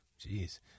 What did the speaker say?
Jeez